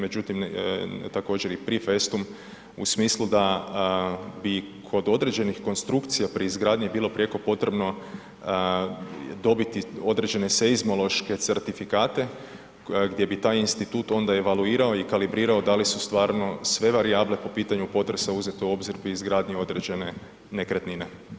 Međutim, također i pri festum u smislu da bi kod određenih konstrukcija pri izgradnji bilo prijeko potrebno dobiti određene seizmološke certifikate gdje bi taj institut onda i valuirao i kalibrirao, da li su stvarno sve varijable po pitanju potresa uzete u obzir pri izgradnje određene nekretnine.